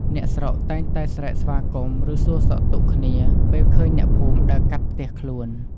អ្នកស្រុកតែងតែស្រែកស្វាគមន៍ ឬសួរសុខទុក្ខគ្នា ពេលឃើញអ្នកភូមិដើរកាត់ផ្ទះខ្លួន។